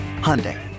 Hyundai